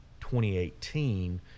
2018